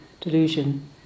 delusion